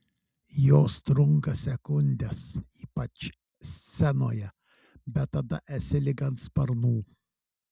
jos trunka sekundes ypač scenoje bet tada esi lyg ant sparnų